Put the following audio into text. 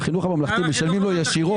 שהחינוך הממלכתי משלמים לו ישירות.